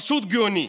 פשוט גאוני.